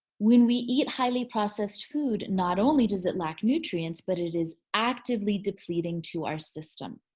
when we eat highly processed food not only does it lack nutrients but it is actively depleting to our system.